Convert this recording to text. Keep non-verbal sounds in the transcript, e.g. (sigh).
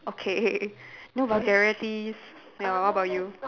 okay (laughs) no vulgarities ya what about you